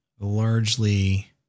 largely